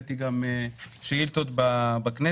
העליתי גם שאילתות במליאה.